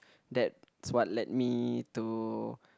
that's what led me to